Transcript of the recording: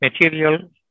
material